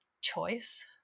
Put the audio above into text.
choice